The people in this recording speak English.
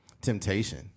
temptation